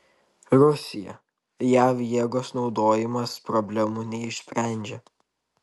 rusija jav jėgos naudojimas problemų neišsprendžia